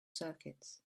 circuits